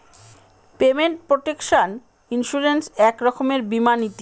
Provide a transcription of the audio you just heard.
payment protection insurance এক রকমের বীমা নীতি